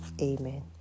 amen